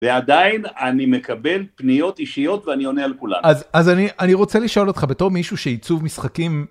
ועדיין אני מקבל פניות אישיות ואני עונה על כולן. אז אני רוצה לשאול אותך, בתור מישהו שעיצוב משחקים...